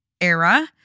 era